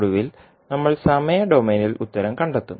ഒടുവിൽ നമ്മൾ സമയ ഡൊമെയ്നിൽ ഉത്തരം കണ്ടെത്തും